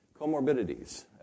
Comorbidities